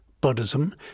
Buddhism